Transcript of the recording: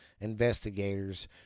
investigators